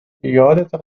یادته